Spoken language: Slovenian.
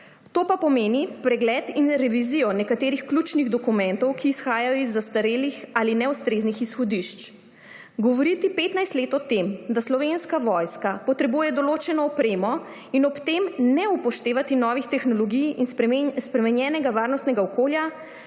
To pa pomeni pregled in revizijo nekaterih ključnih dokumentov, ki izhajajo iz zastarelih ali neustreznih izhodišč. Govoriti 15 let o tem, da Slovenska vojska potrebuje določeno opremo, in ob tem ne upoštevati novih tehnologij in spremenjenega varnostnega okolja